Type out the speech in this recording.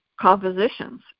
compositions